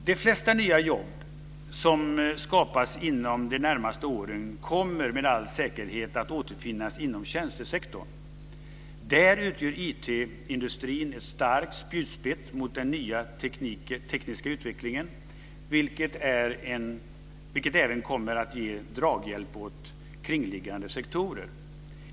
De flesta nya jobb som skapas inom de närmaste åren kommer med all säkerhet att återfinnas inom tjänstesektorn. Där utgör IT-industrin en stark spjutspets mot den nya tekniska utvecklingen, vilket även kommer att ge draghjälp åt kringliggande sektorer.